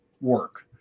work